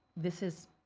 this is,